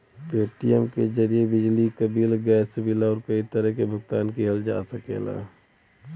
Paytm के जरिये बिजली क बिल, गैस बिल आउर कई तरह क भुगतान किहल जा सकला